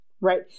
Right